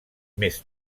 més